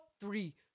three